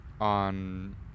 on